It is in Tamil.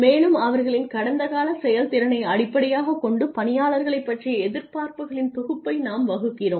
மேலும் அவர்களின் கடந்தகால செயல்திறனை அடிப்படையாகக் கொண்டு பணியாளர்களைப் பற்றிய எதிர்பார்ப்புகளின் தொகுப்பை நாம் வகுக்கிறோம்